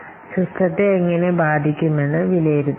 സിസ്റ്റത്തെ എങ്ങനെ ബാധിക്കുമെന്ന് വിലയിരുത്തുന്നു